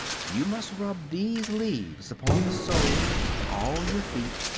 you must rub these leaves upon the soles of all your feet,